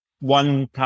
one